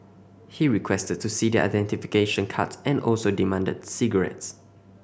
he requested to see their identification cards and also demanded cigarettes